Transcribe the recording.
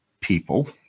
people